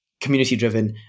community-driven